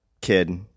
kid